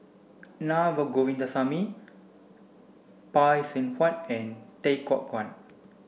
Na Govindasamy Phay Seng Whatt and Tay Koh